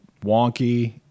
wonky